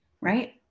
Right